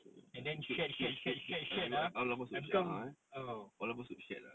should should should should all of us should share ah all of us should share lah